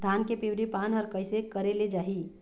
धान के पिवरी पान हर कइसे करेले जाही?